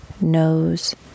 nose